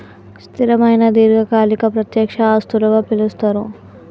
స్థిరమైన దీర్ఘకాలిక ప్రత్యక్ష ఆస్తులుగా పిలుస్తరు